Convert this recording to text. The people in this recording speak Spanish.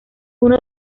uno